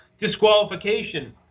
disqualification